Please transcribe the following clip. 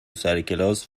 سرکلاس